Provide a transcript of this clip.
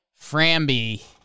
Framby